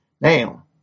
Now